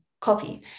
copy